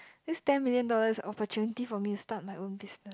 this ten million dollars is opportunity for me to start my own business